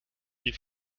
die